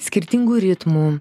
skirtingų ritmų